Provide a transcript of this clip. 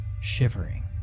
shivering